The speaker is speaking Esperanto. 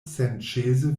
senĉese